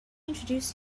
introduce